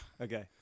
okay